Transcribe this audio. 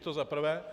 To za prvé.